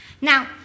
Now